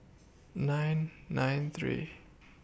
nine nine three